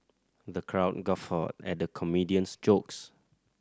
the crowd guffawed at the comedian's jokes